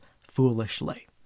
foolishly